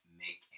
make